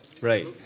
Right